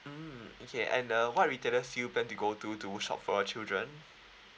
mm okay and uh what retailers you plan to go to to shop for your children